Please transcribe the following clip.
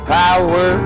power